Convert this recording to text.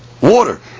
water